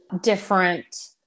different